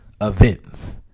Events